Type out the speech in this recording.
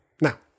Now